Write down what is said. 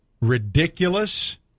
ridiculous